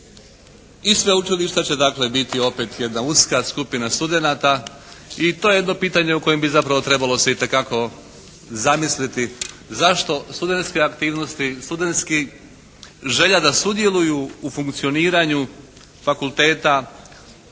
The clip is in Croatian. i sveučilišta će dakle biti opet jedna uska skupina studenata i to je jedno pitanje o kojem bi zapravo trebalo se itekako zamisliti zašto studentske aktivnosti, studentski, želja da sudjeluju u funkcioniranju fakulteta